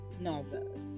novel